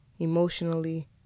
emotionally